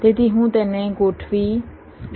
તેથી હું તેને ગોઠવી શકું છું